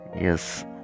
Yes